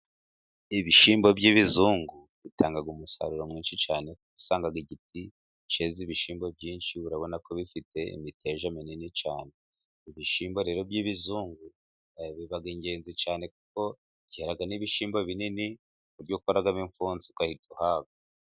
Ibishimbo by'ibizungu bitanga umusaruro mwinshi cyane, usanga igiti cyeza ibishimbo byinshi, urabona ko bifite imiteja minini cyane. Ibishyimbo rero by'ibizungu, biba ingenzi cyane, kuko byera n'ibishimbo binini, mu buryo ukoramo impfunsi ugahita uhaga.